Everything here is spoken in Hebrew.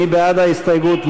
מי בעד ההסתייגות?